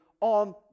on